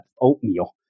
oatmeal